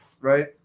right